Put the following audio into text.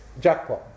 jackpot